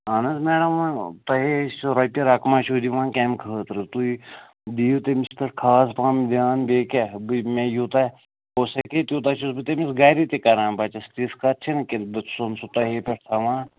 اہن حظ میڈَم وۄنۍ تۄہے چھُو رۄپیہِ رَقما چھُو دِوان کَمہِ خٲطرٕ تُہۍ دِیِو تٔمِس پٮ۪ٹھ خاص پہَم دھیان بیٚیہِ کیٛاہ بہٕ مےٚ یوٗتاہ پونٛسہٕ ہیٚکہِ ہے تیوٗتاہ چھُس بہٕ تٔمِس گَرِ تہِ کَران بَچَس تِژھ کَتھ چھَنہٕ کہِ بہٕ چھُسَن سُہ تۄہے پٮ۪ٹھ تھاوان